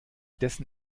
dessen